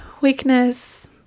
weakness